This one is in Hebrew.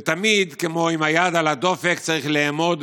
ותמיד, כמו עם היד על הדופק, צריך לאמוד